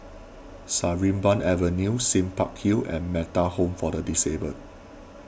Sarimbun Avenue Sime Park Hill and Metta Home for the Disabled